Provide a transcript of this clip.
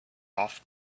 off